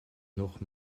noch